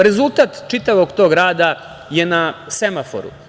Rezultat čitavog tog rada je na semaforu.